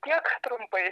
tiek trumpai